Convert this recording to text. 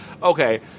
Okay